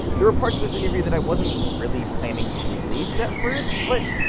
there were parts of this interview that i wasn't really planning to release at first but,